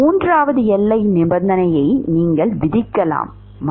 மூன்றாவது எல்லை நிபந்தனையை நீங்கள் விதிக்கலாம் மற்றும்